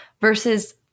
versus